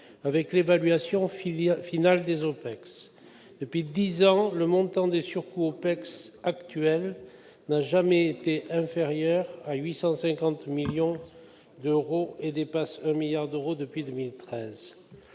avec l'évaluation finale des OPEX. Depuis dix ans, le montant des surcoûts OPEX n'a jamais été inférieur à 850 millions d'euros et dépasse 1 milliard d'euros depuis 2013.